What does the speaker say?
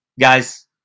guys